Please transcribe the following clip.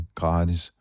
gratis